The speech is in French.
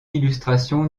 illustration